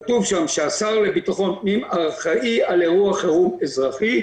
כתוב שם שהשר הוא האחראי על אירוע חירום אזרחי.